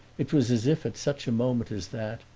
it was as if at such a moment as that,